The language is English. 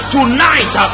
Tonight